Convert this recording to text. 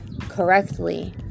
correctly